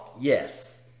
Yes